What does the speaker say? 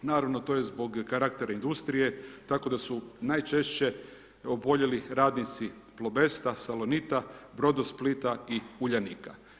Naravno, to je zbog karaktera industrije, tako da su najčešće oboljeli radnici Plobesta, Salonita, Brodosplita i Uljanika.